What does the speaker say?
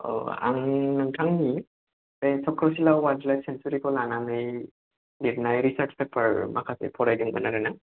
औ आं नोंथांनि बे सक्रसिला वाइल्द लाइप सेनसुरिखौ लानानै लिरनाय रिचार्स पेपार माखासे फरायदोंमोन आरोना